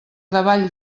davall